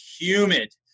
humid